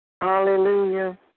Hallelujah